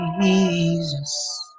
Jesus